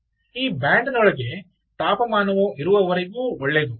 ಈ ಬ್ಯಾಂಡ್ನೊಳಗೆ ತಾಪಮಾನವು ಇರುವವರೆಗೂ ಒಳ್ಳೆಯದು